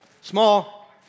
Small